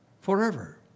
Forever